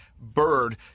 bird